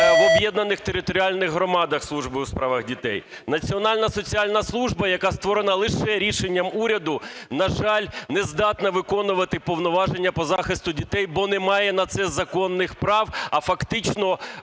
в об'єднаних територіальних громадах служби у справах дітей. Національна соціальна служба, яка створена лише рішенням уряду, на жаль, не здатна виконувати повноваження по захисту дітей, бо немає на це законних прав, а фактично